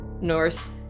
norse